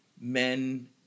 men